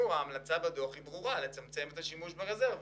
ההמלצה היא ברורה: לצמצם את השימוש ברזרבות.